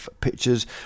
pictures